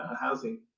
housing